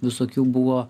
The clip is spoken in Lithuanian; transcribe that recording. visokių buvo